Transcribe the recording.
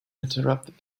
interrupted